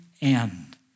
end